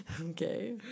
Okay